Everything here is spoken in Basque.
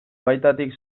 baitatik